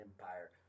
Empire